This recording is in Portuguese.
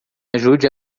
ajude